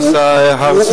"הדסה הר-הצופים".